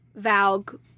Valg